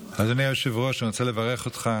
אדוני היושב-ראש, אני רוצה לברך אותך